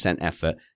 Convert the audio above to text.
effort